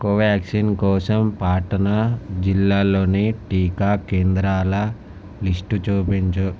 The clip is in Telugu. కోవాక్సిన్ కోసం పాట్నా జిల్లాలోని టీకా కేంద్రాల లిస్టు చూపించు